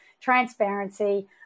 transparency